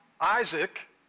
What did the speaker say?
Isaac